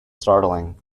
startling